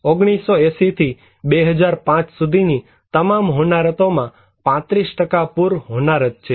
1980 થી 2005 સુધીની તમામ હોનારતોમાં 35 પુર હોનારત છે